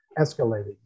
escalating